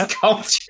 culture